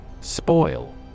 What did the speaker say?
Spoil